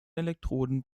elektroden